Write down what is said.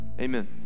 amen